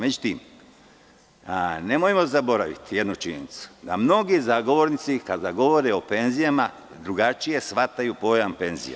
Međutim, nemojmo zaboraviti jednu činjenicu da mnogi zagovornici kada govore o penzijama drugačije shvataju pojam penzija.